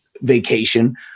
vacation